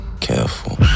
Careful